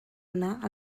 anar